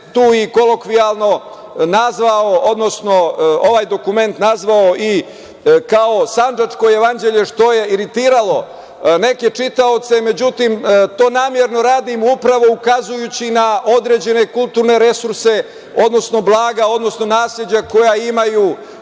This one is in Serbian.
tu i kolokvijalno nazvao, odnosno ovaj dokument nazvao i kao Sandžačko jevanđelje, što je iritiralo neke čitaoce. Međutim, to namerno radim upravo ukazujući na određene kulturne resurse, odnosno blaga, odnosno nasleđa koja imaju